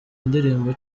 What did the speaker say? indirimbo